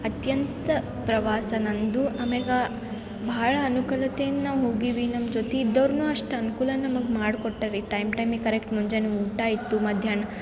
ಅತ್ಯಂತ ಪ್ರವಾಸ ನಂದು ಆಮೇಗೆ ಭಾಳ ಅನುಕೂಲತೆಯಿಂದ ನಾವು ಹೋಗಿವಿ ನಮ್ಮ ಜೊತೆ ಇದ್ದವ್ರನ್ನು ಅಷ್ಟು ಅನುಕೂಲ ನಮಗೆ ಮಾಡ್ಕೊಟ್ಟಾರಿ ಟೈಮ್ ಟೈಮಿಗೆ ಕರೆಕ್ಟ್ ಮುಂಜಾನೆ ಊಟ ಇತ್ತು ಮಧ್ಯಾಹ್ನ